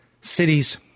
cities